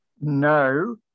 no